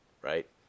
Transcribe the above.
right